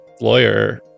lawyer